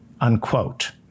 unquote